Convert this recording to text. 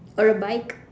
or a bike